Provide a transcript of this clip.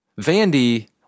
Vandy